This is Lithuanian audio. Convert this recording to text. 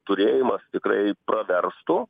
turėjimas tikrai praverstų